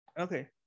Okay